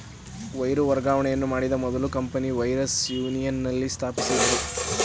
wire ವರ್ಗಾವಣೆಯನ್ನು ಮಾಡಿದ ಮೊದಲ ಕಂಪನಿ ವೆಸ್ಟರ್ನ್ ಯೂನಿಯನ್ ನಲ್ಲಿ ಸ್ಥಾಪಿಸಿದ್ದ್ರು